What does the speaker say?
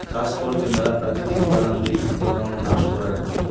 চাষ করতে ম্যালা প্রাকৃতিক উপাদান দিয়ে কীটপতঙ্গ নাশ করাঢু